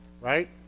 right